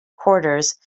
quarters